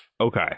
Okay